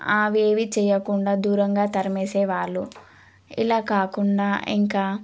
అవేవీ చేయకుండా దూరంగా తరిమేసేవాళ్ళు ఇలా కాకుండా ఇంకా